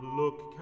look